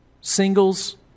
Singles